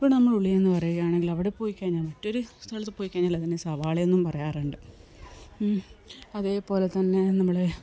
ഇവിടെ നമ്മൾ ഉള്ളി എന്ന് പറയുകയാണെങ്കിൽ അവിടെ പോയിക്കഴിഞ്ഞാൽ മറ്റൊരു സ്ഥലത്ത് പോയിക്കഴിഞ്ഞാൽ അതിനെ സവാളയെന്നും പറയാറുണ്ട് അതേപോലെത്തന്നെ നമ്മളുടെ